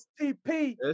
STP